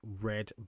red